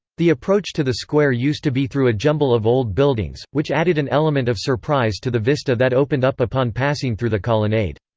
the approach to the square used to be through a jumble of old buildings, which added an element of surprise to the vista that opened up upon passing through the colonnade.